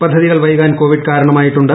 പദ്ധതികൾ വൈകാൻ കോവിഡ് കാര്ണ്മായിട്ടുണ്ട്